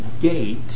gate